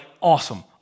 awesome